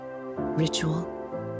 Ritual